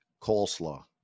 Coleslaw